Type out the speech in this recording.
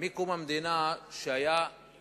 בקום המדינה התפיסה